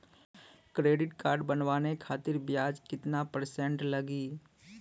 Credit card बनवाने खातिर ब्याज कितना परसेंट लगी?